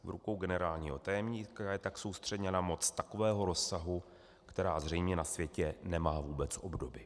V rukou generálního tajemníka je tak soustředěna moc takového rozsahu, která zřejmě na světě nemá vůbec obdoby.